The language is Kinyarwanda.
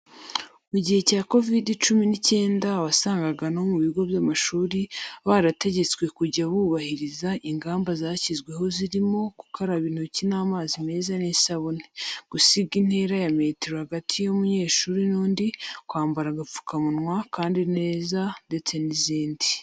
Mu gihe cya Kovide cumi n'icyenda wasangaga no mu bigo by'amashuri barategetswe kujya bubahiriza ingamba zashyizweho zirimo gukaraba intoki n'amazi meza n'isabune, gusiga intera ya metero hagati y'umunyeshuri n'undi, kwambara agapfukamunwa kandi neza ndetse n'izindi.